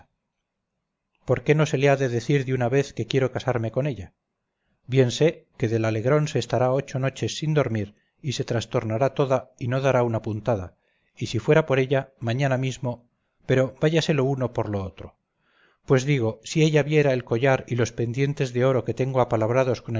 por qué no se le ha de decir de una vez que quiero casarme con ella bien sé que del alegrón se estará ocho noches sin dormir y se trastornará toda y no dará una puntada y si fuera por ella mañana mismo pero váyase lo uno por lo otro pues digo si ella viera el collar y los pendientes de oro que tengo apalabrados con